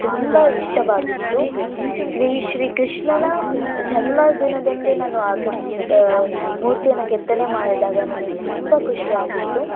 ತುಂಬ ಇಷ್ಟವಾಗಿತ್ತು ಕ್ರೀ ಶ್ರೀ ಕೃಷ್ಣನ ಜನ್ಮದಿನದಂದೇ ನಾನು ಆ ಕೆತ್ತಿ ಮೂರ್ತಿಯನ್ನು ಕೆತ್ತನೆ ಮಾಡಿದಾಗ ನನಗೆ ತುಂಬ ಖುಷಿಯಾಗಿತ್ತು